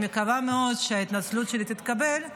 אני מקווה מאוד שההתנצלות שלי תתקבל,